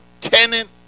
tenant